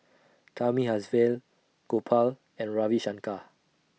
Thamizhavel Gopal and Ravi Shankar